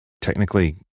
technically